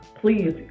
please